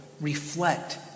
reflect